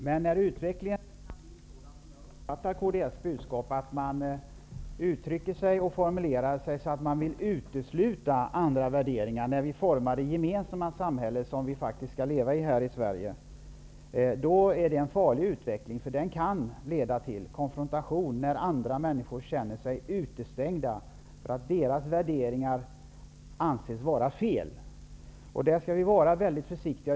Herr talman! Jag uppfattar kds budskap som att man vill utesluta andra värderingar när vi formar det gemensamma samhälle som vi faktiskt skall leva i här i Sverige. Det är en farlig utveckling, och den kan leda till konfrontation på grund av att andra människor känner sig utestängda därför att deras värderingar anses vara fel. Vi skall därför vara väldigt försiktiga.